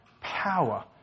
Power